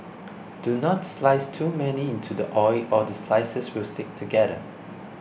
do not slice too many into the oil or the slices will stick together